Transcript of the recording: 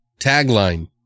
Tagline